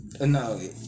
no